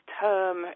term